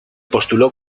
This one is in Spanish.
postuló